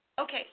Okay